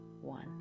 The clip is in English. one